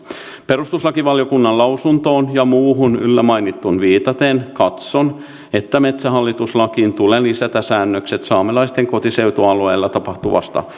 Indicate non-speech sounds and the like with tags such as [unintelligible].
perustuslakivaliokunnan lausuntoon ja muuhun yllä mainittuun viitaten katson että metsähallitus lakiin tulee lisätä säännökset saamelaisten kotiseutualueella tapahtuvasta [unintelligible]